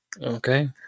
okay